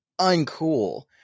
uncool